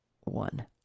one